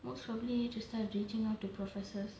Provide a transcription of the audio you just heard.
most probably need to start reaching out to professors